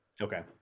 Okay